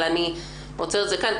אבל אני עוצרת את זה כאן,